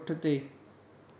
पुठिते